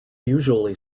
usually